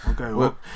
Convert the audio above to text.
okay